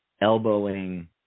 elbowing